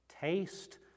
taste